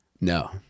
No